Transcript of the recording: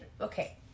Okay